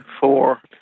four